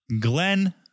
Glenn